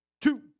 two